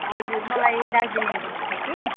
हजुर मलाई दार्जिलिङ घुम्नु थियो कि